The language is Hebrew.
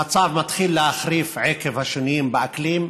המצב מתחיל להחריף עקב השינויים באקלים,